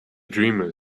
dreamer